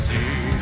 See